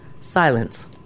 silence